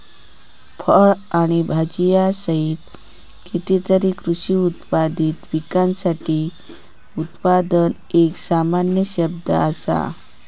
फळ आणि भाजीयांसहित कितीतरी कृषी उत्पादित पिकांसाठी उत्पादन एक सामान्य शब्द असा